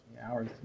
hours